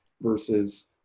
versus